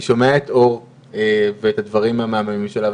אני שומע את אור ואת הדברים המהממים שלה,